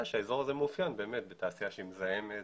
שהאזור הזה מאופיין באמת בתעשייה שהיא מזהמת